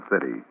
city